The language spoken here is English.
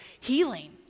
healing